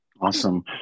Awesome